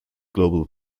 global